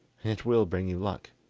it will bring you luck